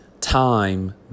time